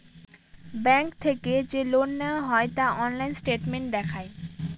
bank থেকে যে loan নেওয়া হয় তা অনলাইন স্টেটমেন্ট দেখায়